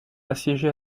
assiégée